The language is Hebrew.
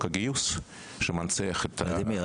הגיוס שמנציח את אי השוויון --- ולדימיר,